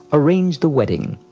arranged the wedding.